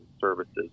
services